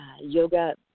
yoga